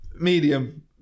medium